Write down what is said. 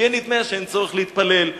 שיהיה נדמה שאין צורך להתפלל,